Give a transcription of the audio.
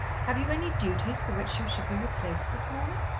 have you any duties for which you should be replaced this morning?